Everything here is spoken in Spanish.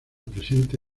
presente